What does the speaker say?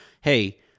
hey